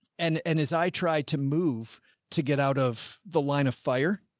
and, and as i tried to move to get out of the line of fire,